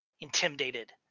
intimidated